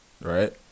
right